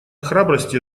храбрости